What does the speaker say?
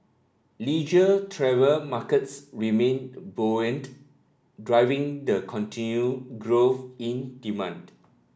leisure travel markets remained buoyant driving the continued growth in demand